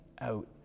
out